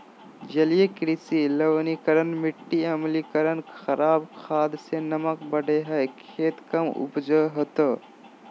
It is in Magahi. जलीय कृषि लवणीकरण मिटी अम्लीकरण खराब खाद से नमक बढ़े हइ खेत कम उपज होतो